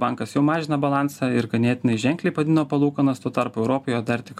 bankas jau mažina balansą ir ganėtinai ženkliai padidino palūkanas tuo tarpu europoje dar tik